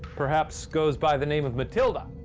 perhaps goes by the name of matilda.